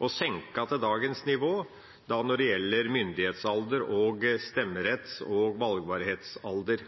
og senket til dagens nivå når det gjelder myndighetsalder og stemmeretts- og valgbarhetsalder.